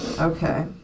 Okay